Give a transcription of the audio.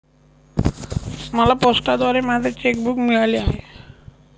मला पोस्टाद्वारे माझे चेक बूक मिळाले आहे